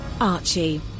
archie